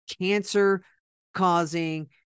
cancer-causing